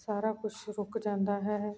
ਸਾਰਾ ਕੁਛ ਰੁੱਕ ਜਾਂਦਾ ਹੈ